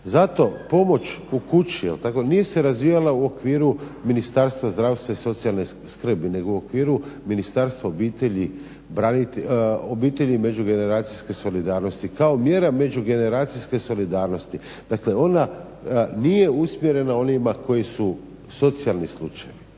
Zato pomoć u kući dakle nije se razvijala u okviru Ministarstva zdravstva i socijalne skrbi nego u okviru Ministarstva obitelji i međugeneracijske solidarnosti kao mjera međugeneracijske solidarnosti. Dakle, ona nije usmjerena onima koji su socijalni slučajevi.